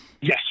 Yes